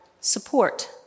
support